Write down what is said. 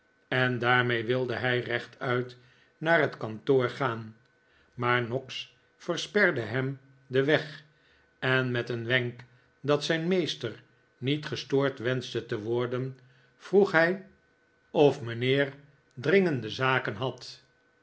en daarmee wilde hij rechtuit naar het kantoor gaan maar noggs versperde hem den weg en met een wenk dat zijn meester niet gestoord wenschte te worden vroeg hij of mijnheer dringende zaken had